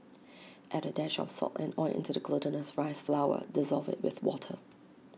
add A dash of salt and oil into the glutinous rice flour dissolve IT with water